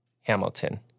Hamilton